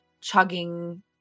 chugging